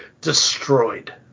destroyed